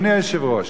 אדוני היושב-ראש,